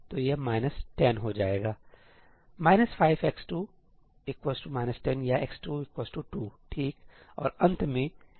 तो यह माइनस 10 हो जाएगा